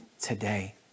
today